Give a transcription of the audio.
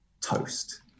toast